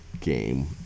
game